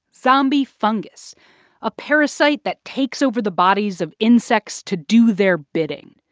zombie fungus a parasite that takes over the bodies of insects to do their bidding,